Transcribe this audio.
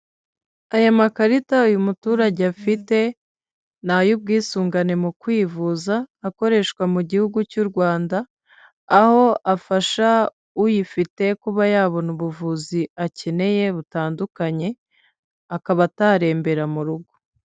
Aya makarita uyu muturage afite ni ay'ubwisungane mu kwivuza akoreshwa mu gihugu cy'u Rwanda, aho afasha uyifite kuba yabona ubuvuzi akeneye butandukanye, akaba atarembera mu rugo.